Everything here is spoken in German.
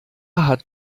hat